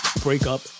breakup